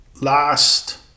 Last